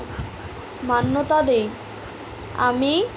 মান্যতা দেই আমি